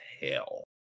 hell